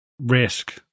risk